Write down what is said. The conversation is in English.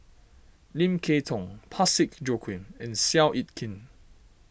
Lim Kay Tong Parsick Joaquim and Seow Yit Kin